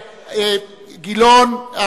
גילאון,